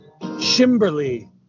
Shimberly